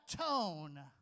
tone